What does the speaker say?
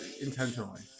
intentionally